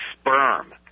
sperm